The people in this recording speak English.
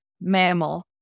mammal